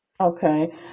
Okay